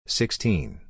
sixteen